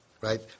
Right